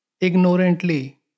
ignorantly